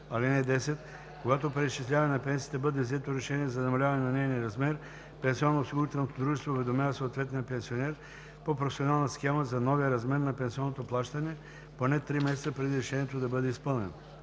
им. (10) Когато при преизчисляване на пенсията бъде взето решение за намаляване на нейния размер, пенсионноосигурителното дружество уведомява съответния пенсионер по професионална схема за новия размер на пенсионното плащане поне три месеца, преди решението да бъде изпълнено.